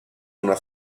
una